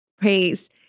praise